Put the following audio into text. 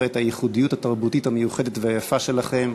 את הייחודיות התרבותית המיוחדת והיפה שלכם,